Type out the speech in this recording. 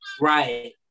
Right